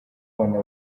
bana